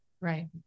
right